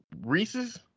Reese's